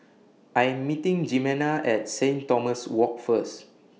I Am meeting Jimena At Saint Thomas Walk First